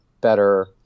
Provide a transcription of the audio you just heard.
better